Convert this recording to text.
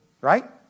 Right